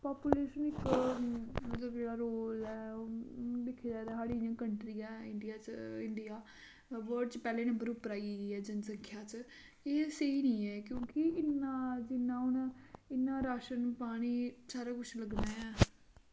population इक मतलव जेह्ड़ा रोल ऐ दिक्खेआ जाए ते साढ़ी जियां कंट्री ऐ इंडिया च इंडिया वर्ल्ड च पैह्ले नंबर उप्पर आई गेई ऐ जनसंख्य च एह् स्हेई निं ऐ क्यूंकि इन्ना जिन्ना हून इन्ना राशन पानी सारा कुछ लग्गना ऐ